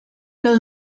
los